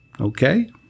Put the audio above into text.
okay